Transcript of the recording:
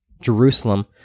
Jerusalem